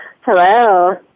Hello